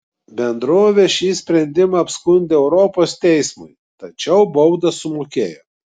bendrovė šį sprendimą apskundė europos teismui tačiau baudą sumokėjo